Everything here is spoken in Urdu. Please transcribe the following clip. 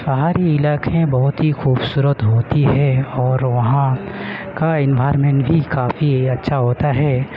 پہاڑی علاقے بہت ہی خوبصورت ہوتی ہے اور وہاں کا انوارمنٹ بھی کافی اچھا ہوتا ہے